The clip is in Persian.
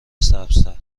سبزتر